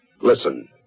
listen